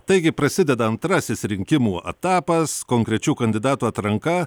taigi prasideda antrasis rinkimų etapas konkrečių kandidatų atranka